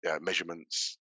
measurements